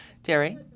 Terry